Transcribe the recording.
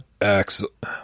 Excellent